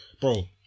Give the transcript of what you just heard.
Bro